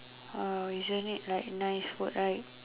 uh isn't it like nice food right